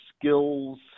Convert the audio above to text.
skills